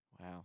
Wow